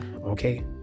Okay